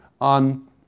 on